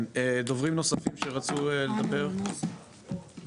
כן, דוברים נוספים שרצו לדבר, בבקשה.